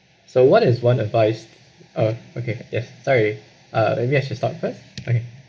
so what is one advice uh okay if sorry uh maybe I should start first okay